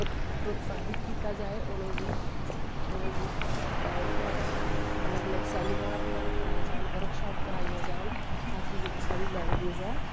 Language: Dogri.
प्रोतसाहित कीता जाए उनेंगी अलग अलग सामीनार बगैरा कराए जान बर्कशॉप कराईयां जान ताकि साढ़ी जेह्ड़ी लैंग्वेज़ ऐ